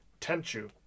Tenchu